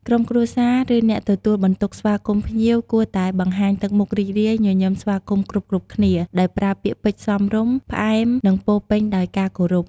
ក្រុមគ្រួសារ ឬអ្នកទទួលបន្ទុកស្វាគមន៍ភ្ញៀវ គួរតែបង្ហាញទឹកមុខរីករាយ ញញឹមស្វាគមន៍គ្រប់ៗគ្នា ដោយប្រើពាក្យពេចន៍សមរម្យ ផ្អែម និងពោរពេញដោយការគោរព។